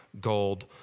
gold